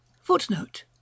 footnote